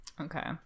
Okay